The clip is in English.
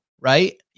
right